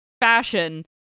fashion